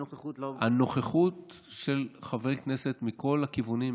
הנוכחות של חברי כנסת מכל הכיוונים,